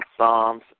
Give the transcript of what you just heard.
Psalms